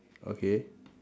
okay